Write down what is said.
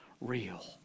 real